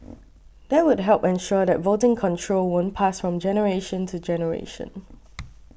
that would help ensure that voting control won't pass from generation to generation